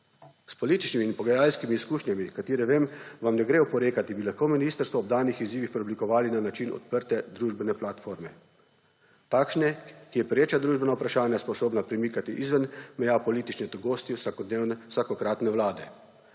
S političnimi in pogajalskimi izkušnjami, katerih vam ne gre oporekati, bi lahko ministrstvo ob danih izzivih preoblikovali na način odprte družbene platforme. Takšne, ki je pereča družbena vprašanja sposobna premikati izven meja politične togosti vsakokratne vlade.